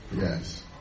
Yes